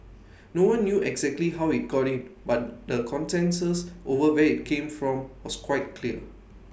no one knew exactly how IT got in but the consensus over where IT came from was quite clear